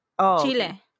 Chile